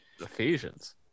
Ephesians